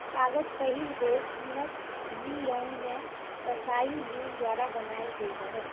कागज पहिल बेर चीनक ली यांग मे त्साई लुन द्वारा बनाएल गेल रहै